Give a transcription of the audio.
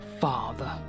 Father